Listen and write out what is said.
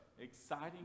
exciting